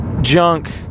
junk